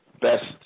best